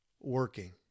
working